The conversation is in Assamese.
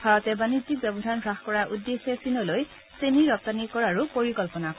ভাৰতে বাণিজ্যিক ব্যৱধান হ্ৰাস কৰাৰ উদ্দেশ্যে চীনলৈ চেনী ৰপ্তানী কৰাৰো পৰিকল্পনা কৰিছে